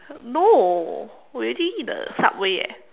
no we already eat the subway eh